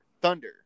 Thunder